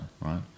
right